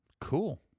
Cool